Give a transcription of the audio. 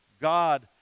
God